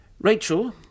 Rachel